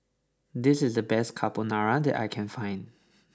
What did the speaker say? this is the best Carbonara that I can find